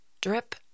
drip